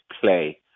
play